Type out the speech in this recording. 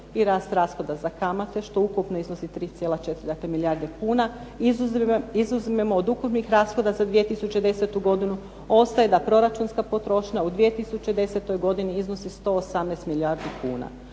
i rast rashoda za kamate što ukupno iznosi 3,4 milijarde kuna, izuzmemo od ukupnih rashoda za 2010. godinu ostaje da proračunska potrošnja u 2010. godini iznosi 118 milijardi kuna,